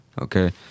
okay